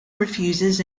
refuses